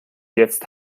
jetzt